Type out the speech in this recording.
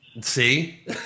See